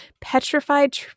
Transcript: petrified